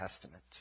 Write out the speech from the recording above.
Testament